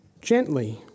gently